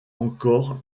encore